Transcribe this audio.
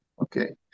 Okay